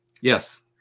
Yes